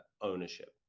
ownership